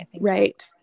Right